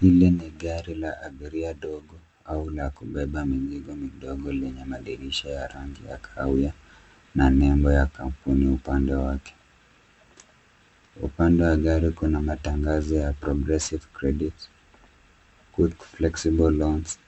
Hili ni gari la abiria dogo au la kubeba mizigo midogo lenye madirisha ya rangi ya kahawia na nembo ya kampuni upande wake. Upande wa gari kuna matangazo ya progressive credit , quick flexible loans .